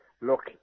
Look